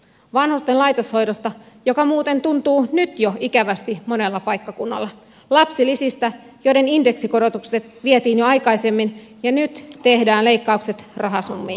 vanhusten laitoshoidosta mikä muuten tuntuu nyt jo ikävästi monella paikkakunnalla lapsilisistä joiden indeksikorotukset vietiin jo aikaisemmin ja nyt tehdään leikkaukset rahasummiin